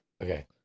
Okay